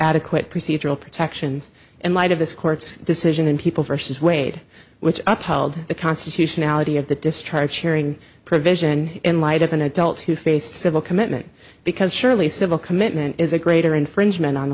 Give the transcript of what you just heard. adequate procedural protections in light of this court's decision and people versus wade which i called the constitutionality of the discharge hearing provision in light of an adult who faced civil commitment because surely civil commitment is a greater infringement on the